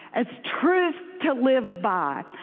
as truth to live by.